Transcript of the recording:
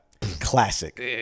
Classic